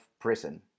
prison